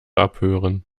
abhören